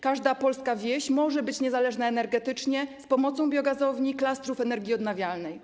Każda polska wieś może być niezależna energetycznie z pomocą biogazowni i klastrów energii odnawialnej.